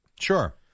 Sure